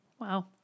Wow